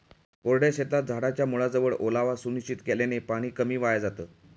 कोरड्या शेतात झाडाच्या मुळाजवळ ओलावा सुनिश्चित केल्याने पाणी कमी वाया जातं